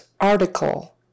article